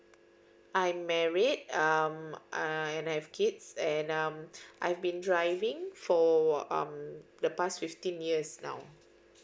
I'm married um and I have kids and um I've been driving for um the past fifteen years now